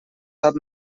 sap